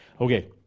Okay